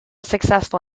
successful